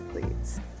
please